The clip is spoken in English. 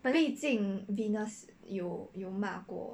毕竟 venus 有有骂过